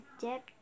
dip